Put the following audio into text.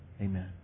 Amen